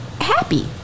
happy